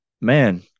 man